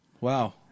Wow